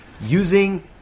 using